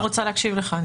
אני רוצה להקשיב לך.